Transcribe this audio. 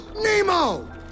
Nemo